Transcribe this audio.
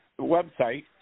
website